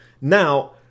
Now